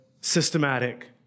systematic